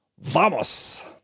¡Vamos